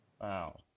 wow